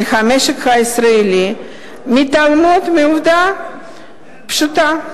המשק הישראלי מתעלמות מעובדה פשוטה: